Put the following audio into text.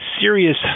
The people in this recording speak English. serious